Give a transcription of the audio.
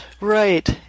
Right